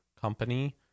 company